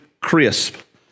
crisp